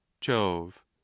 Jove